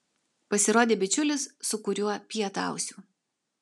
pasirodė bičiulis su kuriuo pietausiu